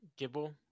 Gibble